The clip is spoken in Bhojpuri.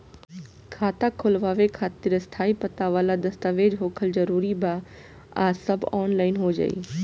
खाता खोलवावे खातिर स्थायी पता वाला दस्तावेज़ होखल जरूरी बा आ सब ऑनलाइन हो जाई?